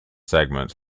segments